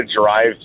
drive